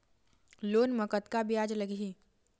Loan म कतका ब्याज लगही?